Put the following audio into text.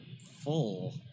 full